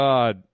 God